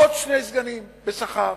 עוד שני סגנים בשכר,